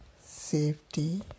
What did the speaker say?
safety